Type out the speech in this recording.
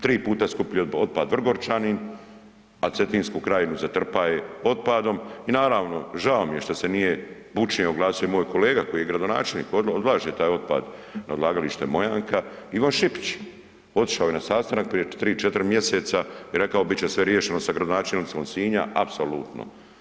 Tri puta skuplji otpad Vrgorčanin, a Cetinsku krajinu zatrpaje otpadom i naravno žao mi je što nije bučnije oglasio moj kolega koji je gradonačelnik odlaže taj otpad na odlagalište Mojanka Ivan Šipić, otišao je sastanak prije 3-4 mjeseca i rekao bit će sve riješeno sa gradonačelnicima Sinja apsolutno.